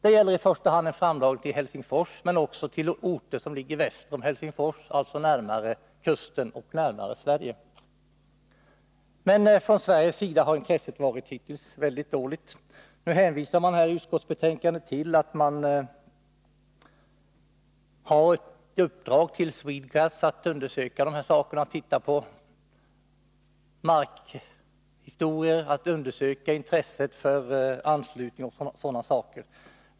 Det gäller i första hand en framdragning till Helsingfors men också till orter som ligger väster om Helsingfors, alltså närmare kusten och närmare Sverige. Men från Sveriges sida har intresset hittills varit väldigt dåligt. I utskottsbetänkandet hänvisar man till att Swedegas fått i uppdrag att undersöka de här sakerna, göra markstudier, undersöka intresset för anslutning m.m.